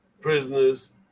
prisoners